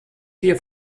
vier